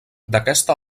d’aquesta